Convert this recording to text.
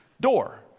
door